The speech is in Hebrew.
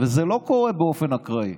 וזה לא קורה באופן אקראי.